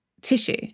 tissue